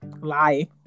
lie